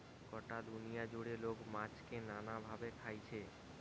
গটা দুনিয়া জুড়ে লোক মাছকে নানা ভাবে খাইছে